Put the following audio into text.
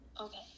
Okay